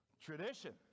tradition